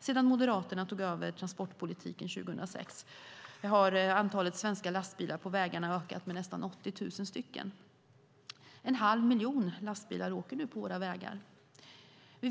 Sedan Moderaterna tog över transportpolitiken 2006 har antalet svenska lastbilar på vägarna ökat med nästan 80 000. En halv miljon svenska lastbilar åker nu på våra vägar. Vi